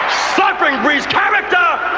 suffering breeds character,